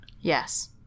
Yes